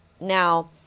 Now